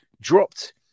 dropped